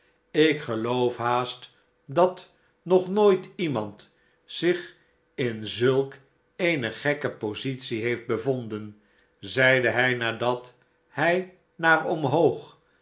ik geloof haast dat nog nooit iemand zich in zulk eene gekke positie heeft bevonden zeide hij nadat hij naar omhoog